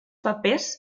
papers